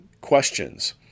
questions